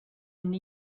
and